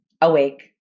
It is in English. awake